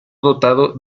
dotado